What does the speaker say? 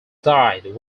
died